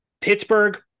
Pittsburgh